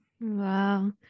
Wow